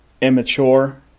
immature